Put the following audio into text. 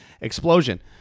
explosion